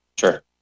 sure